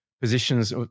positions